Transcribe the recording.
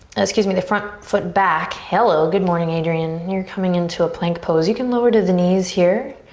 excuse me, the front foot back. hello, good morning, adriene. you're coming into a plank pose. you can lower to the knees here.